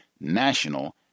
national